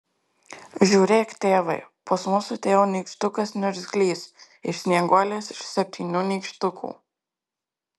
žiūrėk tėvai pas mus atėjo nykštukas niurzglys iš snieguolės ir septynių nykštukų